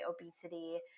obesity